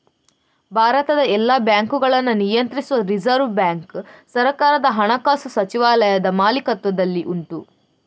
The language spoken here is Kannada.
ಭಾರತದ ಎಲ್ಲ ಬ್ಯಾಂಕುಗಳನ್ನ ನಿಯಂತ್ರಿಸುವ ರಿಸರ್ವ್ ಬ್ಯಾಂಕು ಸರ್ಕಾರದ ಹಣಕಾಸು ಸಚಿವಾಲಯದ ಮಾಲೀಕತ್ವದಲ್ಲಿ ಉಂಟು